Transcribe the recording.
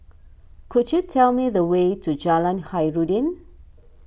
could you tell me the way to Jalan Khairuddin